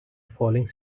falling